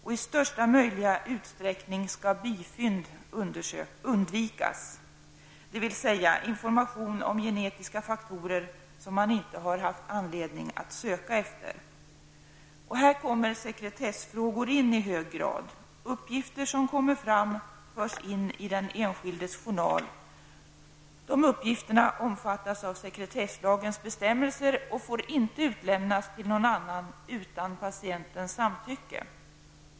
I största möjliga utsträckning skall bifynd undvikas, dvs. information om genetiska faktorer som man inte haft anledning att söka efter. Här kommer sekretessfrågor in i hög grad. Uppgifter som kommer fram införs i den enskildes journal. Uppgifterna omfattas av sekretesslagens bestämmelser och får inte utlämnas till någon annan utan patientens samtycke.